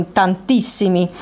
tantissimi